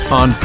on